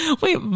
Wait